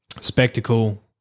Spectacle